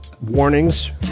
warnings